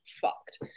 fucked